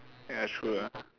ya it's true ah